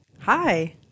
Hi